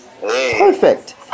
Perfect